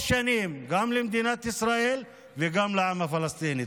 שנים גם למדינת ישראל וגם לעם הפלסטיני.